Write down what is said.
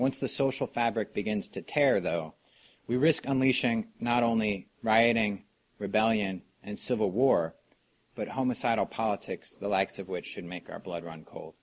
once the social fabric begins to tear though we risk on leashing not only rioting rebellion and civil war but homicidal politics the likes of which should make our blood run cold